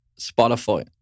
Spotify